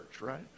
right